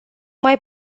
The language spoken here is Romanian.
mai